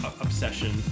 obsession